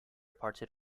parted